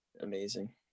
amazing